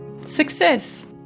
Success